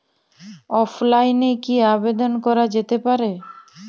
অফলাইনে কি আবেদন করা যেতে পারে?